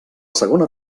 segona